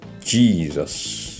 Jesus